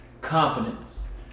Confidence